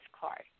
card